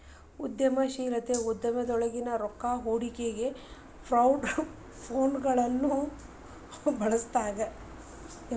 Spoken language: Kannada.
ಉದ್ಯಮಶೇಲತೆ ಉದ್ಯಮಗೊಳಿಗೆ ರೊಕ್ಕಾ ಕೊಡ್ಲಿಕ್ಕೆ ಕ್ರೌಡ್ ಫಂಡ್ಗಳನ್ನ ಬಳಸ್ಲಾಗ್ತದ